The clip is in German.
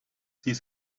dies